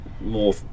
more